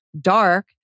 dark